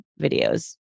videos